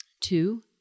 Two